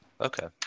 Okay